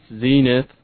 zenith